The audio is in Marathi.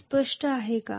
हे स्पष्ट आहे का